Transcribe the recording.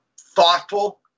thoughtful